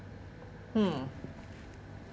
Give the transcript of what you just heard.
hmm